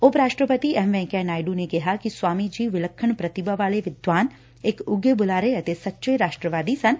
ਉਪ ਰਾਸਟਰਪਤੀ ਐਮ ਵੈਂਕਈਆ ਨਾਇਡੁ ਨੇ ਕਿਹਾ ਕਿ ਸਵਾਮੀ ਜੀ ਵਿਲੱਖਣ ਪੁਤੀਭਾ ਵਾਲੇ ਵਿਦਵਾਨ ਇਕ ਉੱਘੇ ਬੁਲਾਰੇ ਅਤੇ ਸੱਚੇ ਰਾਸ਼ਟਰਵਾਦੀ ਸਨ